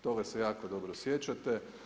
Toga se jako dobro sjećate.